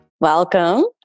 Welcome